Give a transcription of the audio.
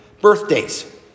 Birthdays